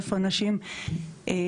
איפה אנשים מגיבים.